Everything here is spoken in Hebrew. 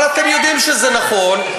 אבל אתם יודעים שזה נכון,